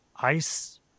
ice